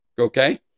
okay